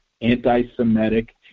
anti-Semitic